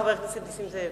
חבר הכנסת נסים זאב.